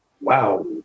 wow